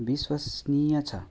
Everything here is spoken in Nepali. विश्वसनीय छ